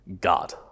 God